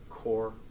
core